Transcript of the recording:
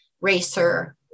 racer